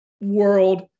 world